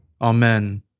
Amen